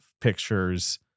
Pictures